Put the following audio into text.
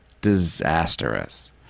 disastrous